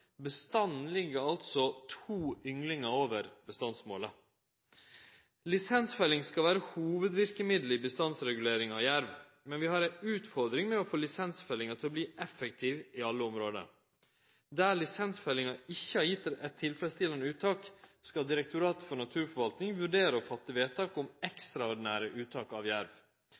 Bestanden ligg altså 2 ynglingar over bestandsmålet. Lisensfelling skal vere hovudverkemiddelet i bestandsreguleringa av jerv, men vi har ei utfordring med å få lisensfellinga til å verte effektiv i alle område. Der lisensfellinga ikkje har gitt eit tilfredsstillande uttak, skal Direktoratet for naturforvaltning vurdere å fatte vedtak om ekstraordinære uttak av jerv.